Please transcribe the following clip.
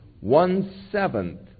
one-seventh